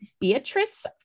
beatrice